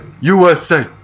USA